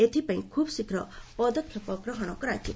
ଏଥିପାଇଁ ଖୁବ୍ ଶୀଘ୍ର ପଦକ୍ଷେପ ଗ୍ରହଣ କରାଯିବ